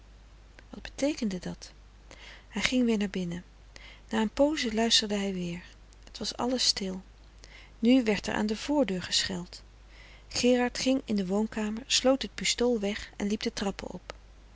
wat beteekende dat hij ging weer naar binnen na een pooze luisterde hij weer het was alles stil nu werd er aan de voordeur gescheld gerard ging in de woonkamer sloot het pistool weg en liep de trappen op